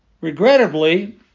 Regrettably